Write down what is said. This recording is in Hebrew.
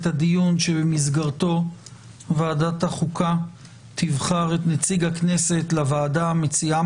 את הדיון שבמסגרתו ועדת החוקה תבחר את נציג הכנסת לוועדה המציעה